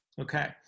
Okay